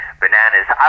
bananas